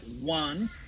One